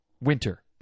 Winter